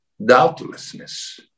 doubtlessness